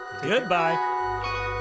Goodbye